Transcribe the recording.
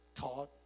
taught